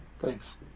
Thanks